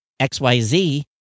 XYZ